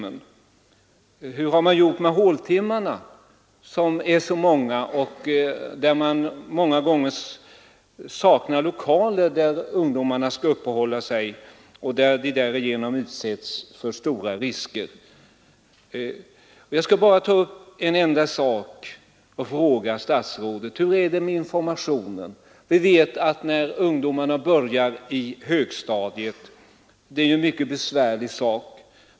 Hur har man gjort med håltimmarna, som är så många? Ofta saknas lokaler där ungdomarna kan uppehålla sig, och därigenom utsätts de för stora risker. Jag skall bara ta upp en enda sak och fråga statsrådet: Hur är det med informationen? Vi vet att när ungdomarna börjar på högstadiet är det ju mycket besvärligt.